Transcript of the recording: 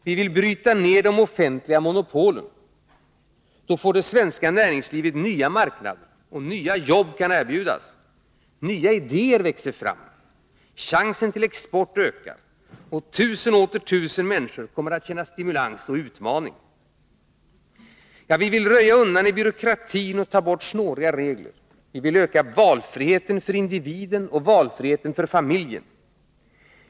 Vi vill bryta ned de offentliga monopolen. Då får det svenska näringslivet nya marknader, och nya jobb kan erbjudas. Nya idéer växer fram, chansen till export ökar och tusen och åter tusen människor kommer att känna stimulans och utmaning. Vi vill röja undan i byråkratin och ta bort snåriga regler. Vi vill öka valfriheten för individen och valfriheten för familjen.